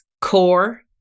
core